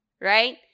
right